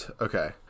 Okay